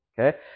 Okay